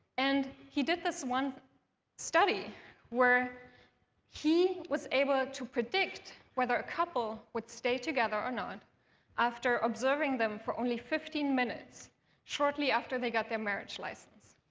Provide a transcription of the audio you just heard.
and he did this one study where he was able to predict whether a couple would stay together or not after observing them for only fifteen minutes shortly after they got their marriage license,